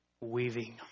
weaving